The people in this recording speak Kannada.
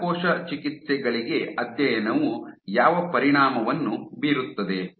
ಕಾಂಡಕೋಶ ಚಿಕಿತ್ಸೆಗಳಿಗೆ ಅಧ್ಯಯನವು ಯಾವ ಪರಿಣಾಮವನ್ನು ಬೀರುತ್ತದೆ